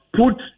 put